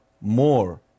more